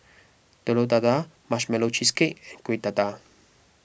Telur Dadah Marshmallow Cheesecake and Kueh Dadar